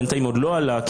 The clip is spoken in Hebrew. בינתיים עוד לא עלה,